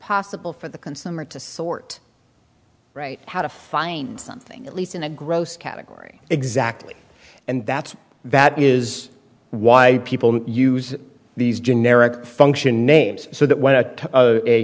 possible for the consumer to sort right how to find something at least in the gross category exactly and that's that is why people use these generic function names so that when